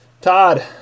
Todd